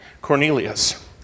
Cornelius